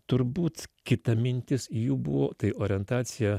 turbūt kita mintis jų buvo tai orientacija